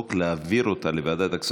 לא מתנגדת.